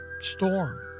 storm